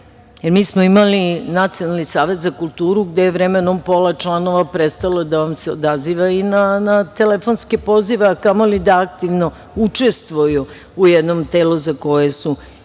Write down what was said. jer mi smo imali nacionalni savet za kulturu, gde je vremenom pola članova prestalo da se odaziva, i na telefonske pozive, a kamoli da aktivno učestvuju u jednom telu za koje su izabrani,